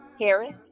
Harris